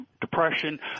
Depression